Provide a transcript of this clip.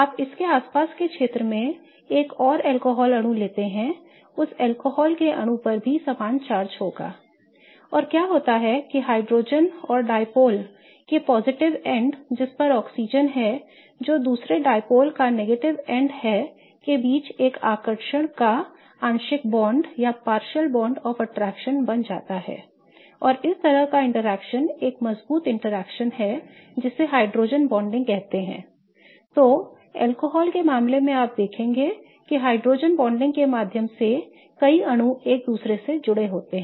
आप इसके आसपास के क्षेत्र में एक और अल्कोहल अणु लेते हैं उस अल्कोहल के अणु पर भी समान चार्ज होगा I और क्या होता है कि हाइड्रोजन और डायपोल के सकारात्मक अंत जिस पर ऑक्सीजन है जो दूसरे डायपोल का नेगेटिव एंड है के बीच एक आकर्षण का आंशिक बॉन्ड बन जाता है I और इस तरह का इंटरेक्शन एक मजबूत इंटरेक्शन है जिसे हाइड्रोजन बॉन्डिंग कहते हैं I तो अल्कोहल के मामले में आप देखेंगे कि हाइड्रोजन बॉन्डिंग के माध्यम से कई अणु एक दूसरे से जुड़े होते हैं